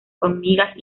hormigas